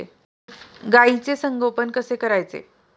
गाईचे संगोपन कसे करायचे?